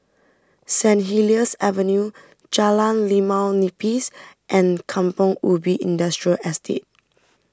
Saint Helier's Avenue Jalan Limau Nipis and Kampong Ubi Industrial Estate